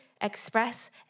express